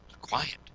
quiet